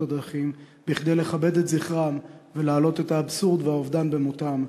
הדרכים כדי לכבד את זכרם ולהעלות את האבסורד והאובדן במותם,